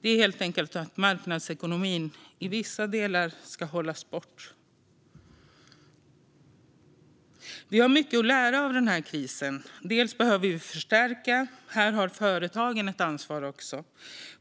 Det är helt enkelt så att marknadsekonomin i vissa delar ska hållas borta. Vi har mycket att lära av krisen. Vi behöver förstärka, och här har företagen ett ansvar.